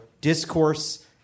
discourse